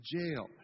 jail